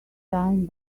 time